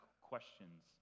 questions